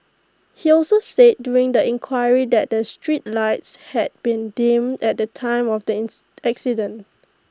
he also said during the inquiry that the street lights had been dim at the time of the accident